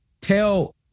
Tell